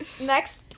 next